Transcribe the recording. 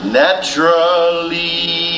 naturally